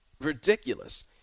ridiculous